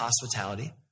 hospitality